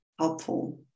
helpful